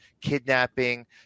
kidnapping